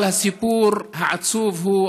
אבל הסיפור העצוב הוא,